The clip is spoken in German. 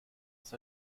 ist